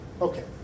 Okay